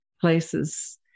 places